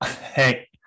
Hey